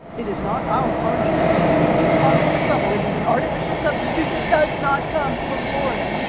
it is not our orange juice which is causing the trouble it is an artificial substitute that does not come from florida